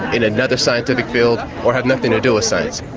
in another scientific field, or have nothing to do with science.